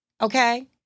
Okay